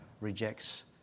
rejects